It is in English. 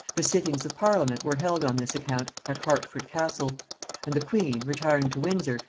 the sittings of parliament were held on this account at hertford castle and the queen, retiring to windsor,